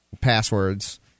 passwords